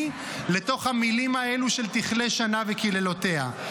לתוך המילים האלה של "תכלה שנה וקללותיה".